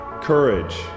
courage